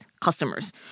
customers